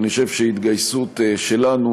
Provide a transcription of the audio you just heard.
ואני חושב שהתגייסות שלנו,